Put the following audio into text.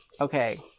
Okay